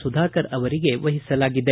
ಸುಧಾಕರ್ ಅವರಿಗೆ ವಹಿಸಲಾಗಿದೆ